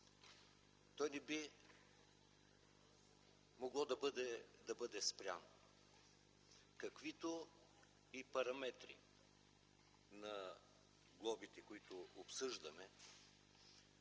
Той не би могло да бъде спрян. Каквито и параметри на глобите, които обсъждаме